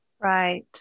Right